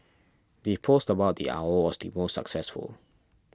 the post about the owl was the most successful